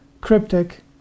cryptic